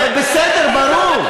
אבל בסדר, ברור.